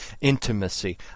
intimacy